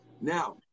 Now